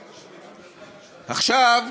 יובל,